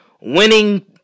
winning